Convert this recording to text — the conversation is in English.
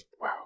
Wow